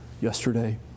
yesterday